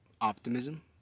optimism